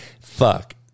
Fuck